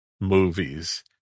movies